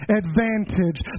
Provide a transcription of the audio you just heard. advantage